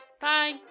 Bye